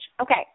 Okay